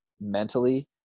mentally